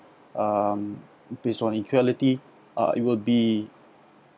um based on equality uh it will be